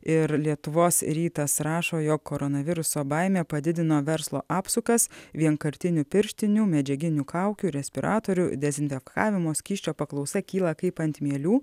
ir lietuvos rytas rašo jog koronaviruso baimė padidino verslo apsukas vienkartinių pirštinių medžiaginių kaukių respiratorių dezinfekavimo skysčio paklausa kyla kaip ant mielių